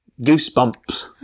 Goosebumps